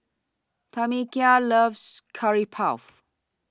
Tamekia loves Curry Puff